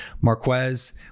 Marquez